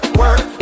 work